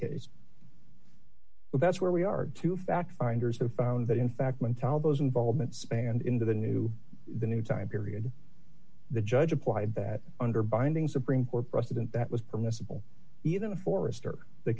cases but that's where we are to fact finders have found that in fact wintel those involvement spanned into the new the new time period the judge applied that under binding supreme court precedent that was permissible even a forester the